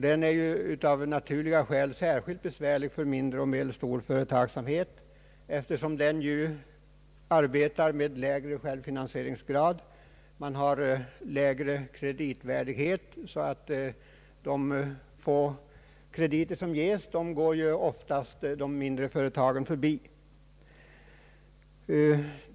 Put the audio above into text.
Den berör av naturliga skäl särskilt mindre och medelstor företagsamhet eftersom denna arbetar med lägre självfinansieringsgrad och lägre kreditvärdighet, så att de få krediter som ges oftast går de mindre företagen förbi.